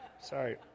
Sorry